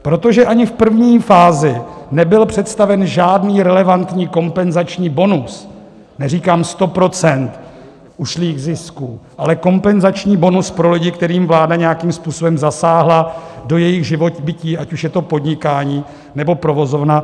Protože ani v první fázi nebyl představen žádný relevantní kompenzační bonus, neříkám sto procent, ušlých zisků, ale kompenzační bonus pro lidi, kterým vláda nějakým způsobem zasáhla do jejich živobytí, ať už je to podnikání, nebo provozovna.